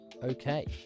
Okay